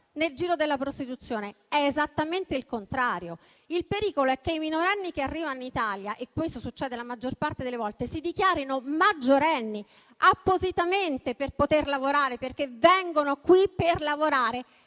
nel giro della prostituzione. È esattamente il contrario. Il pericolo è che i minorenni che arrivano in Italia, come succede la maggior parte delle volte, si dichiarino maggiorenni appositamente per poter lavorare perché vengono qui per lavorare